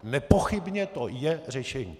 Nepochybně to je řešení.